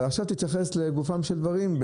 אבל עכשיו תתייחס לגופם של דברים,